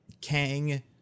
Kang